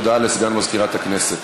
הודעה לסגן מזכירת הכנסת.